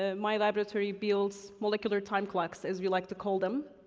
ah my laboratory builds molecular time clocks, as we like to call them,